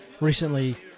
recently